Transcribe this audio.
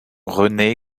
rené